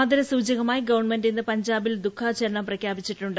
ആദരസൂചകമായി ഗവൺമെൻ്റ് ഇന്ന് പഞ്ചാബിൽ ദുഃഖാചരണം പ്രഖ്യാപിച്ചിട്ടുണ്ട്